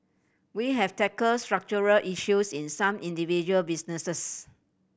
we have tackle structural issues in some individual businesses